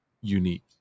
unique